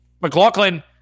McLaughlin